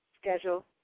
schedule